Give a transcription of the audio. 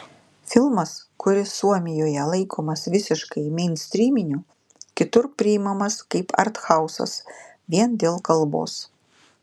filmas kuris suomijoje laikomas visiškai meinstryminiu kitur priimamas kaip arthausas vien dėl kalbos